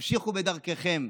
תמשיכו בדרכיכם.